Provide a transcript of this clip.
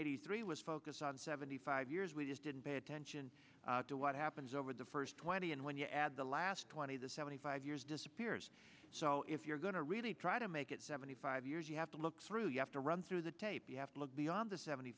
eighty three was focus on seventy five years we just didn't pay attention to what happens over the first twenty and when you add the last twenty the seventy five years disappears so if you're going to really try to make it seventy five you have to look through you have to run through the tape beyond the seventy